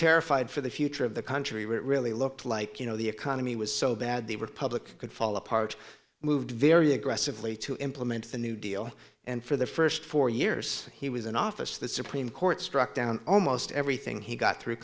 terrified for the future of the country where it really looked like you know the economy was so bad the republic could fall apart moved very aggressively to implement the new deal and for the first four years he was in office the supreme court struck down almost everything he got thr